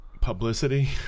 publicity